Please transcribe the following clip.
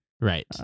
Right